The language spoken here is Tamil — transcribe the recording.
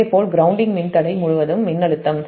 இதேபோல் கிரவுண்டிங் மின்தடை முழுவதும் மின்னழுத்தம்